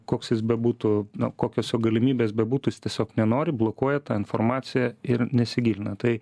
koks jis bebūtų na kokios jo galimybės bebūtų jis tiesiog nenori blokuoja tą informaciją ir nesigilina tai